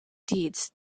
deeds